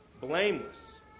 blameless